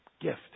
gift